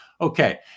Okay